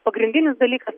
pagrindinis dalykas